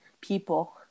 people